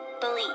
believe